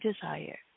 desire